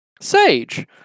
Sage